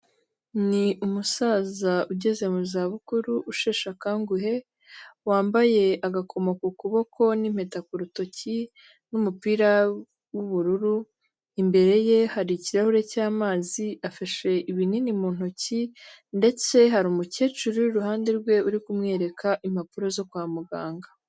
Ni umusaza ugeze mu za bukuru usheshe akanguhe, wambaye agakoma ku kuboko n'impeta ku rutoki n'umupira w'ubururu, imbere ye hari ikirahure cy'amazi afashe ibinini mu ntoki, ndetse hari umukecuru iruhande rwe uri kumwereka impapuro zo kwa muganga.